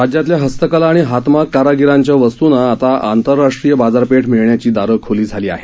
राज्यातल्या हस्तकला आणि हातमाग कारागिरांच्या वस्तूंना आता आंतरराष्ट्रीय बाजारपेठ मिळण्याची दारं खुली झाली आहेत